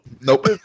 Nope